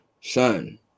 Son